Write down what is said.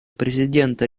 президента